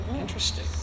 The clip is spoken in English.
Interesting